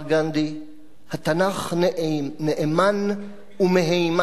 "התנ"ך נאמן ומהימן עד הסוף".